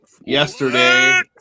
yesterday